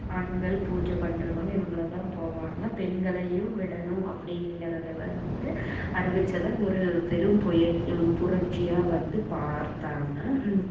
ஆண்கள் பூஜை பண்ணுறவுங்க இவங்களதான் போவாங்க பெண்களையும் விடணும் அப்படிங்குறத வந்து அறிவிச்சது ஒரு பெரும் புய புரட்சியாக வந்து பார்த்தாங்க